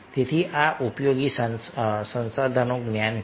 તેથી આ ઉપયોગી સંસાધનો જ્ઞાન છે